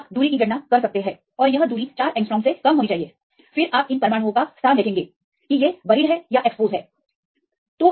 आप दूरी की गणना कर सकते हैं और दूरी 4 एंग्स्ट्रॉम से कम होनी चाहिए और फिर इन परमाणुओं का स्थान देखें चाहे बरीड हो या उसे उजागर किया गया हो